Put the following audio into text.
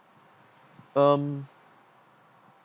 um